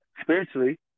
spiritually